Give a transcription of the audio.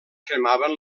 cremaven